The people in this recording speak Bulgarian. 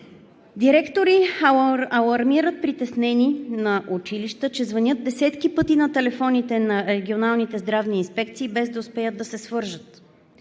училища алармират с притеснение, че звънят десетки пъти на телефоните на регионалните здравни инспекции, без да успеят да се свържат.